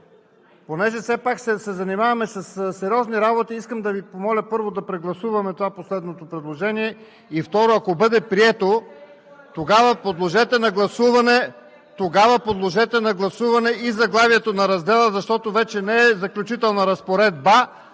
Понеже все пак се занимаваме със сериозни работи, искам да Ви помоля, първо, да прегласуваме това последното предложение и, второ, ако бъде прието, тогава подложете на гласуване и заглавието на раздела, защото вече не е „Заключителна разпоредба“,